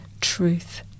truth